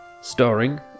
starring